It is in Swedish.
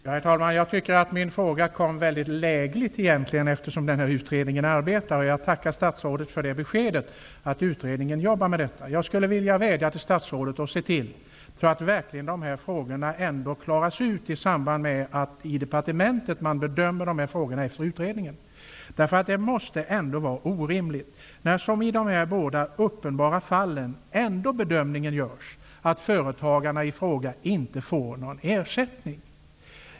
Herr talman! Jag tycker att min fråga har kommit väldigt lägligt då det nu finns en arbetande utredning. Jag tackar statsrådet för det beskedet. Jag vädjar till statsrådet att se till att frågorna klaras ut i samband med att departementet gör en bedömning av utredningsresultatet. Det måste ändå vara orimligt att som i dessa två fall en bedömning görs i rätten att företagen inte skall få någon ersättning.